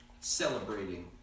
celebrating